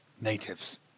natives